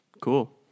Cool